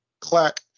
clack